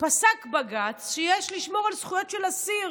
פסק בג"ץ שיש לשמור על זכויות של אסיר,